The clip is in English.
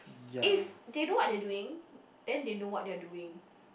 if they do what they doing then they know what they're doing